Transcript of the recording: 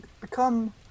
become